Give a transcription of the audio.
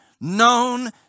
known